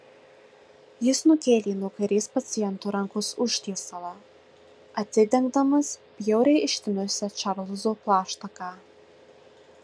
jis nukėlė nuo kairės paciento rankos užtiesalą atidengdamas bjauriai ištinusią čarlzo plaštaką